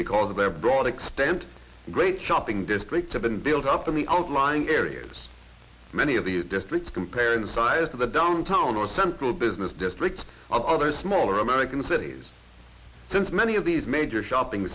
because of their broad extent great shopping districts have been built up in the outlying areas many of these districts compare in size of the downtown or central business district of other smaller american cities since many of these major shopping